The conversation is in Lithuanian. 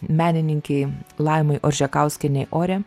menininkei laimai oržekauskienei ore